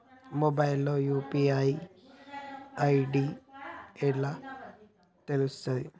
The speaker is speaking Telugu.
మొబైల్ లో యూ.పీ.ఐ ఐ.డి ఎట్లా తెలుస్తది?